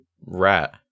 rat